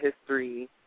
history